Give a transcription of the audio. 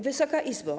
Wysoka Izbo!